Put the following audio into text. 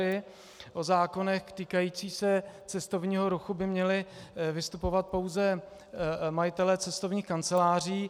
O zákonech týkajících se cestovního ruchu by měli vystupovat pouze majitelé cestovních kanceláří.